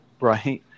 Right